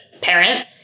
parent